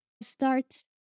start